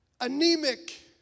anemic